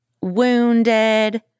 wounded